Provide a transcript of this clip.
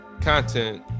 content